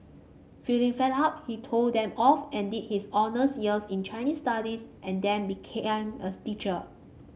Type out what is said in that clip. feeling fed up he told them off and did his honours year in Chinese Studies and then became a teacher